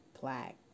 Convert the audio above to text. black